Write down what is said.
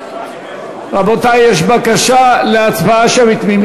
רבותי, יש בקשה להצבעה שמית.